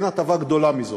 אין הטבה גדולה מזו.